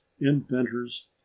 inventors